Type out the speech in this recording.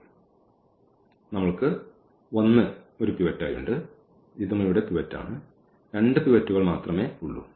അതിനാൽ നമ്മൾക്ക് 1 ഒരു പിവറ്റായി ഉണ്ട് ഇതും ഇവിടെ പിവറ്റ് ആണ് രണ്ട് പിവറ്റുകൾ മാത്രമേയുള്ളൂ